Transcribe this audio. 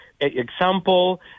example